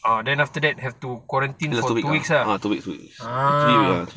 orh then after that you have to quarantine for two weeks lah ah